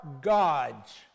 God's